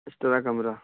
اس طرح کمرہ